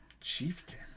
Chieftain